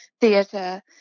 theatre